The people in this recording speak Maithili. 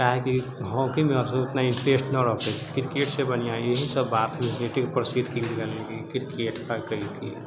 काहेकि हॉकीमे अब सबके उतना इंट्रेस्ट ना रहले क्रिकेटसँ बढ़िआँ इहे सब बात है क्रिकेटेके प्रसिद्ध केलकै क्रिकेटेके केलकै